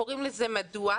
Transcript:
קוראים לזה "מדוע".